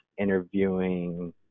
interviewing